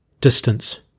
distance